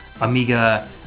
Amiga